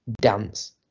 dance